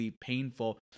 painful